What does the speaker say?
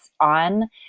on